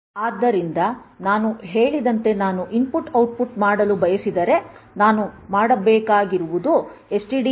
ಆದ್ದರಿಂದ ನಾನು ಹೇಳಿದಂತೆ ನಾನು ಇನ್ಪುಟ್ ಔಟ್ಪುಟ್ ಮಾಡಲು ಬಯಸಿದರೆ ನಾನು ಮಾಡಬೇಕಾಗಿರುವುದು ಎಸ್ಟಿಡಿಐಓ